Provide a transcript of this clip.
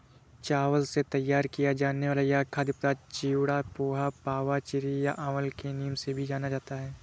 चावल से तैयार किया जाने वाला यह खाद्य पदार्थ चिवड़ा, पोहा, पाउवा, चिरा या अवल के नाम से भी जाना जाता है